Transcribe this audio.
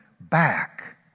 back